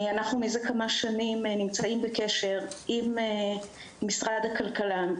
אנחנו מזה כמה שנים נמצאים בקשר עם משרד הכלכלה,